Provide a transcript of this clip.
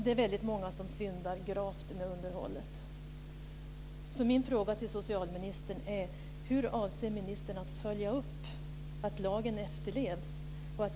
Det är väldigt många som syndar gravt med underhållet.